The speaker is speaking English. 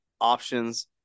options